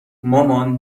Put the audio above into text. مامان